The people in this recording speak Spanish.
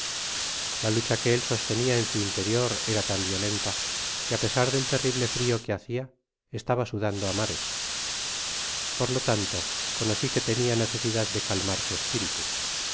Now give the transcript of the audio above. la lucha que él sostenia en su interior era tan violenta que á pesar del terrible frio que hacia estaba sudando á mares por lo tanto conoci que tenia necesidad de calmar su espiritu